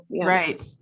right